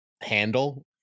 handle